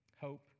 Hope